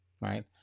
right